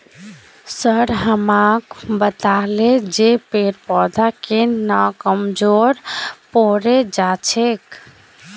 sir हमाक बताले जे पेड़ पौधा केन न कमजोर पोरे जा छेक